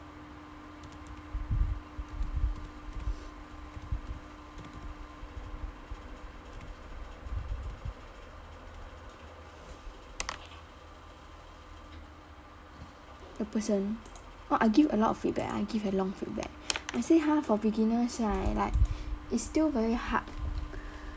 the person oh I give a lot of feedback I give a long feedback I say !huh! for beginners right like it's still very hard